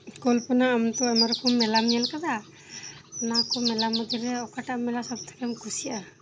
ᱠᱚᱞᱯᱚᱱᱟ ᱟᱢᱛᱚ ᱟᱭᱢᱟ ᱨᱚᱠᱚᱢ ᱢᱮᱞᱟᱢ ᱧᱮᱞ ᱟᱠᱟᱫᱟ ᱚᱱᱟᱠᱚ ᱢᱮᱞᱟ ᱢᱩᱫ ᱨᱮ ᱚᱠᱟᱴᱟᱜ ᱢᱮᱞᱟ ᱥᱚᱵᱛᱷᱮᱠᱮᱢ ᱠᱩᱥᱤᱭᱟᱜ ᱟ